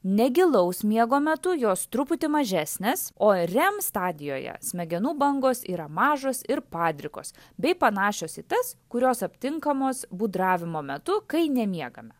negilaus miego metu jos truputį mažesnės o rem stadijoje smegenų bangos yra mažos ir padrikos bei panašios į tas kurios aptinkamos būdravimo metu kai nemiegame